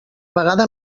vegada